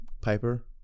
piper